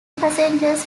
passengers